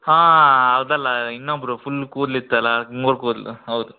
ಹಾಂ ಅದಲ್ಲ ಇನ್ನೊಬ್ಬರು ಫುಲ್ ಕೂದ್ಲಿತ್ತು ಅಲ್ಲಾ ಗುಂಗುರು ಕೂದ್ಲು ಹೌದು